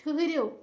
ٹھٕہرِو